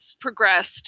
progressed